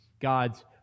God's